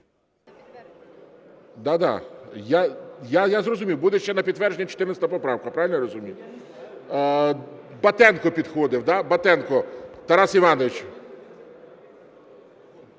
Да-да, я зрозумів, буде ще на підтвердження 14 поправка. Правильно я розумію? Батенко підходив, да? Батенко Тарас Іванович.